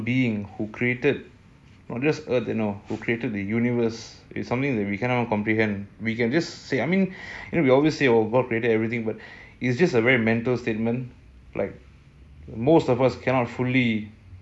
some being who created or just earth you know who created the universe is something that we cannot comprehend we can just say I mean we always say oh god created everything but it's just a very mental statement like most of us cannot fully